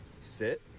Sit